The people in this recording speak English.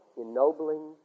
ennobling